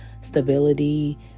stability